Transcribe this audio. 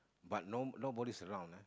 but no nobody is around ah